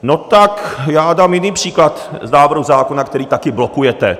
No tak já dám jiný příklad návrhu zákona, který taky blokujete.